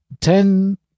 Ten